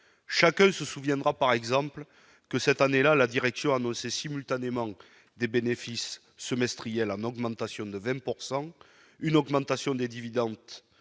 chacun se souviendra par exemple que cette année-là, la direction annonçait simultanément, donc des bénéfices semestriels en augmentation de 20 pourcent une augmentation des dividendes